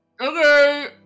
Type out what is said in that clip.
Okay